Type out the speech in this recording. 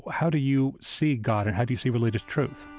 how do you see god? and how do you see religious truth?